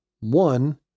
one